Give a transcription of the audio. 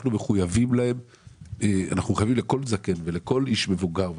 אנחנו מחויבים לכל זקן ולכל איש מבוגר,